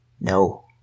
No